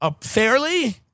Fairly